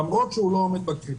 למרות שהוא לא עומד בקריטריון.